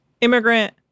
Immigrant